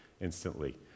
instantly